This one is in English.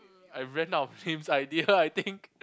I ran out of names idea I think